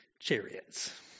chariots